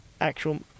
actual